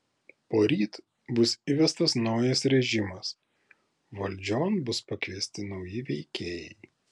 poryt bus įvestas naujas režimas valdžion bus pakviesti nauji veikėjai